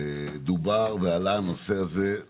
דובר ועלה הנושא של